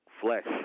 flesh